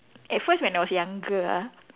at first when I was younger ah